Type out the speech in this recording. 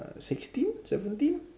uh sixteen seventeen